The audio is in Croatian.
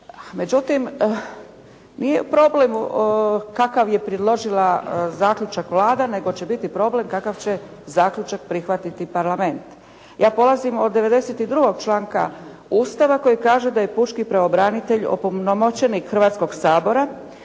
Međutim, nije problem kakav je predložila zaključak Vlada, nego će biti problem kakav će zaključak prihvatiti Parlament. Ja polazim od devedeset i drugog članka Ustava koji kaže da je pučki pravobranitelj opunomoćenik Hrvatskog sabora